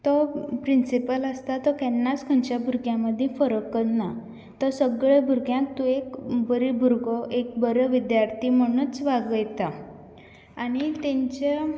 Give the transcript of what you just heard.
तो प्रिंसिपल आसता तो केन्नाच खंयच्या भुरग्या मदीं फरक करना तो सगळ्या भुरग्यांक तूं एक बरी भुरगो एक बरो विद्यार्थी म्हुणूच वागयता आनी तांच्या